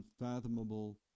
unfathomable